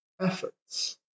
efforts